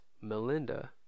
Melinda